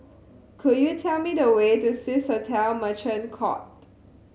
could you tell me the way to Swissotel Merchant Court